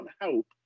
help